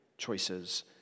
Choices